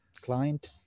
client